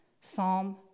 Psalm